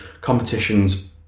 competitions